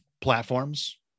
platforms